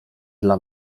dla